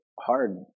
hard